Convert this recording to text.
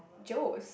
Joe's